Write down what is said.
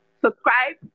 Subscribe